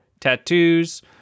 Tattoos